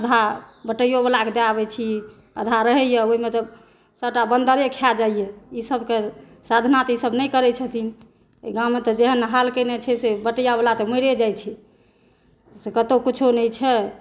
तब पाकैया कनीटाके आधा बटैयो वला के दऽ आबै छी आधा रहैया ओहिमे तऽ सबटा बन्दरे खा जाइया ई सबके साधना तऽ ई सब नहि करै छथिन एहि गाममे तऽ जेहन हाल केने छै से बटैया वला तऽ मैरे जाइ छै